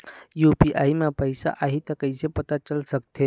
UPI म पैसा आही त कइसे पता चल सकत हे?